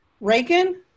Reagan